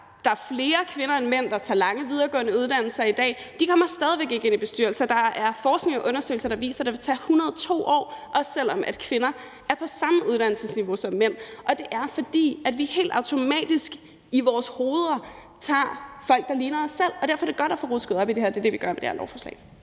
Der er flere kvinder end mænd, der tager lange videregående uddannelser i dag, og de kommer stadig væk ikke ind i bestyrelser. Der er forskning og undersøgelser, der viser, at det vil tage 102 år, også selv om kvinder er på samme uddannelsesniveau som mænd, og det er, fordi vi helt automatisk i vores hoveder tager folk, der ligner os selv. Derfor er det godt at få rusket op i det her, og det er det, vi gør med det her lovforslag.